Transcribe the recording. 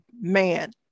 man